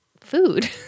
food